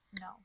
No